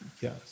Yes